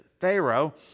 Pharaoh